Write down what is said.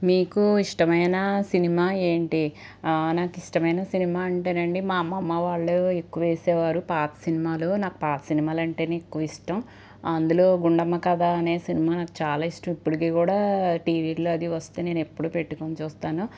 మీకు ఇష్టమైన సినిమా ఏంటి నాకు ఇష్టమైన సినిమా అంటే నండి మా అమ్మ వాళ్ళు ఎక్కువ వేసేవారు పాత సినిమాలు నాకు పాత సినిమాలు అంటేనే ఎక్కువ ఇష్టం అందులో గుండమ్మ కథ అనే సినిమచాలా ఇష్టం ఇప్పటికీ కూడా టీవీలో అది వస్తే నేను ఎప్పుడు పెట్టుకుని చూస్తాను